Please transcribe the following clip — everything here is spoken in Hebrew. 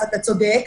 אתה צודק,